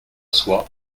soit